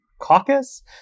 caucus